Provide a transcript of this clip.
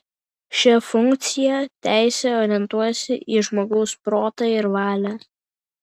šia funkciją teisė orientuojasi į žmogaus protą ir valią